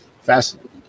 fascinating